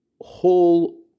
whole